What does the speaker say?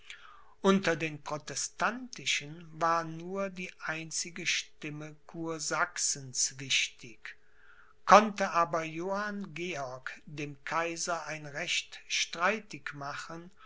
unter den protestantischen war nur die einzige stimme kursachsens wichtig konnte aber johann georg dem kaiser ein recht streitig machen